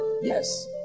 Yes